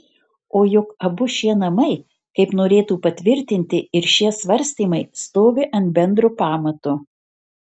o juk abu šie namai kaip norėtų patvirtinti ir šie svarstymai stovi ant bendro pamato